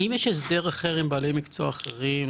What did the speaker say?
האם יש הסדר אחר עם בעלי מקצוע אחרים,